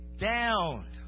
Down